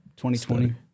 2020